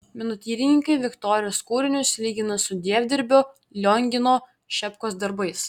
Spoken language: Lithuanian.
menotyrininkai viktorijos kūrinius lygina su dievdirbio liongino šepkos darbais